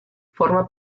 forma